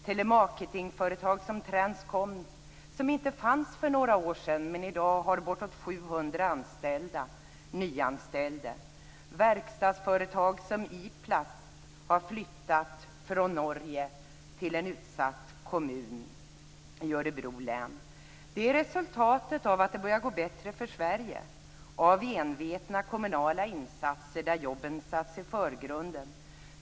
Telemarketingföretag som Transcom - som inte fanns för några år sedan men som i dag har bortåt 700 anställda - nyanställde. Verkstadsföretag som Iplast har flyttat från Norge till en utsatt kommun i Örebro län. Det är resultatet av att det börjar gå bättre för Sverige och av envetna kommunala insatser där jobben satts i förgrunden.